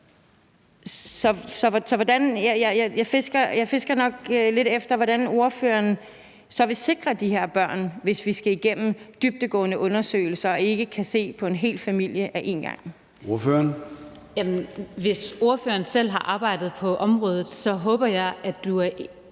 jeg fisker nok lidt efter, hvordan ordføreren så vil sikre de her børn, hvis vi skal igennem dybdegående undersøgelser og vi ikke kan se på en hel familie ad én gang. Kl. 14:06 Formanden (Søren Gade): Ordføreren.